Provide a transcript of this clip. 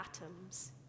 atoms